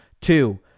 two